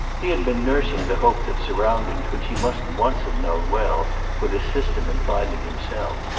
he had been nursing the hope that surroundings which he must once have known well would assist him in finding himself.